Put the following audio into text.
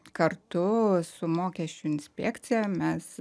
kartu su mokesčių inspekcija mes